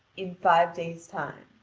in five days' time.